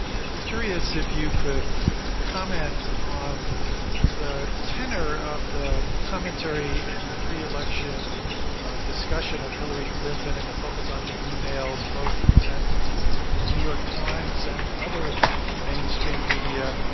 i'd be curious if you could comment on the tenor of the commentary in the pre-election discussion of hillary clinton and the focus on the e-mails, both at the new york times and other mainstream media.